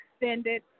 extended